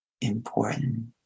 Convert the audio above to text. important